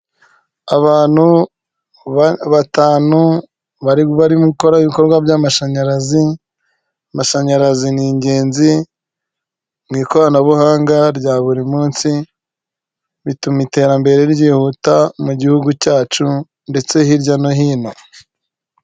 Abantu batanu barimo gukora ibikorwa by'amashanyarazi ,amashanyarazi ni ingenzi mu ikoranabuhanga rya buri munsi bituma iterambere ryihuta mu gihugu cyacu ndetse hirya no hino .